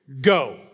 Go